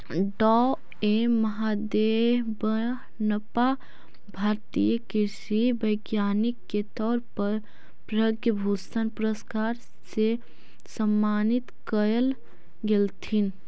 डॉ M Mahadevappa भारतीय कृषि वैज्ञानिक के तौर पर पद्म भूषण पुरस्कार से सम्मानित कएल गेलथीन